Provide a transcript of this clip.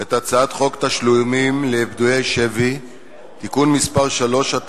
את הצעת חוק תשלומים לפדויי שבי (תיקון מס' 3),